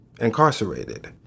incarcerated